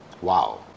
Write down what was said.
Wow